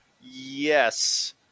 Yes